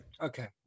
Okay